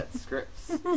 scripts